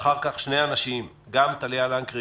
ואחר כך נשמע שני אנשים: גם את טליה לנקרי,